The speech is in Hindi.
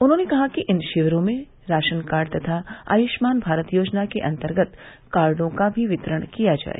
उन्होंने कहा कि इन शिविरों में राशन कार्ड तथा आय्ष्मान भारत योजना के अन्तर्गत कार्डो का भी वितरण किया जाय